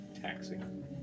taxing